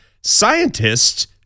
Scientists